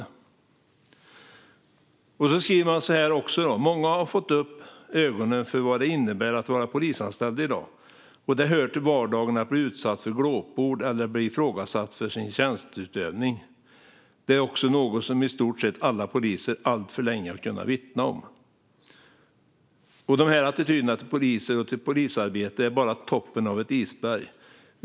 I debattartikeln skriver man också så här: "Många har nu fått upp ögonen för vad det innebär att vara polisanställd i dag, att det hör till vardagen att bli utsatt för glåpord eller att bli ifrågasatt i sin tjänsteutövning. Det är också något som i stort sett alla poliser alltför länge har kunnat vittna om . De här attityderna till poliser och till polisarbete är bara toppen av ett isberg.